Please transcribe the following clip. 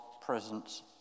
presence